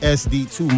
sd2